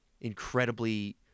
incredibly